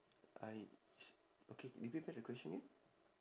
I okay repeat back the question again